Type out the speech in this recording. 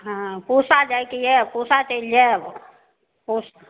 हँ पूसा जायके यऽ पूसा चलि जायब पूसा